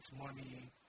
money